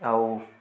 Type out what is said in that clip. ଆଉ